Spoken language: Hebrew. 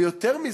ויותר מזה,